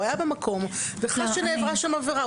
הוא היה במקום, וחש שנעברה שם עבירה.